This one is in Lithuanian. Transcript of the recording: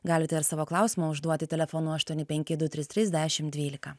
galite ir savo klausimą užduoti telefonu aštuoni penki du trys trys dešim dvylika